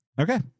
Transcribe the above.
Okay